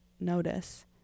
notice